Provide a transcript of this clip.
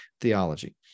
theology